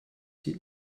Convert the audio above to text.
sie